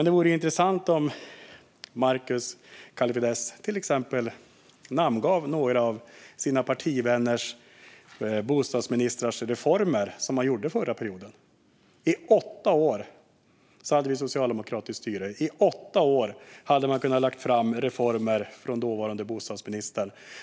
Det vore intressant om Markus Kallifatides till exempel kunde namnge några av de reformer som bostadsministrarna genomförde under den förra perioden. I åtta år hade vi ett socialdemokratiskt styre. Under åtta år hade man kunnat lägga fram reformer från de dåvarande bostadsministrarna.